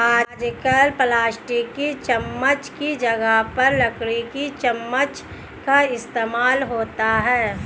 आजकल प्लास्टिक की चमच्च की जगह पर लकड़ी की चमच्च का इस्तेमाल होता है